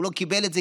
הוא לא קיבל את זה,